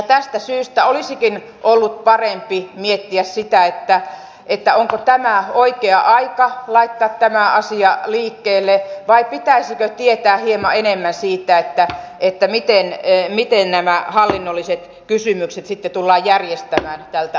tästä syystä olisikin ollut parempi miettiä sitä onko tämä oikea aika laittaa tämä asia liikkeelle vai pitäisikö tietää hieman enemmän siitä miten nämä hallinnolliset kysymykset sitten tullaan järjestämään tältä